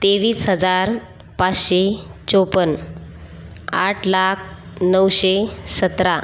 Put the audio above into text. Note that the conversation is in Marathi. तेवीस हजार पाचशे चौपन्न आठ लाख नऊशे सतरा